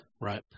Right